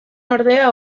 ordea